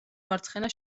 მარცხენა